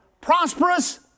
prosperous